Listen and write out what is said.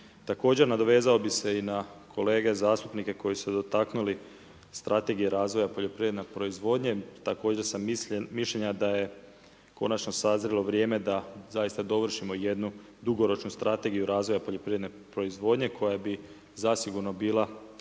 Također nadovezao bi se i na kolege zastupnike koji su dotaknuli strategije razvoja poljoprivredne proizvodnje. Također sam mišljenja da je konačno sazrilo vrijeme da zaista dovršimo jednu dugoročnu strategiju razvoju poljoprivredne proizvodnje koja bi zasigurno bila